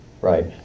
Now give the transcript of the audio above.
right